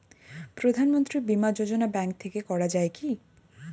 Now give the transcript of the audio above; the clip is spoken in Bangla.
প্রধানমন্ত্রী বিমা যোজনা ব্যাংক থেকে করা যায় কি?